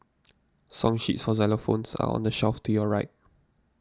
song sheets for xylophones are on the shelf to your right